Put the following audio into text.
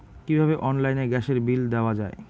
কিভাবে অনলাইনে গ্যাসের বিল দেওয়া যায়?